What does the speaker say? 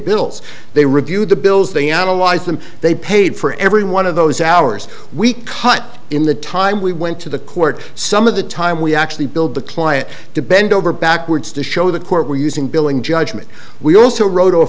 bills they reviewed the bills they analyzed them they paid for every one of those hours we cut in the time we went to the court some of the time we actually build the client to bend over backwards to show the court we're using billing judgement we also wrote o